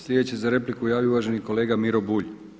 Sljedeći se za repliku javio uvaženi kolega Miro Bulj.